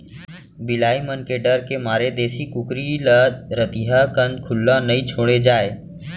बिलाई मन के डर के मारे देसी कुकरी ल रतिहा कन खुल्ला नइ छोड़े जाए